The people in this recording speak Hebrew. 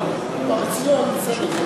בישראל.